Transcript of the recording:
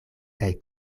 kaj